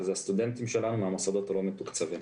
וזה הסטודנטים שלנו מהמוסדות הלא מתוקצבים.